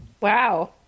Wow